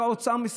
שר האוצר,